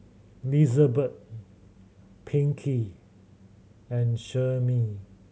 Lizabeth Pinkey and Sherri